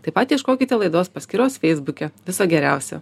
taip pat ieškokite laidos paskyros feisbuke viso geriausio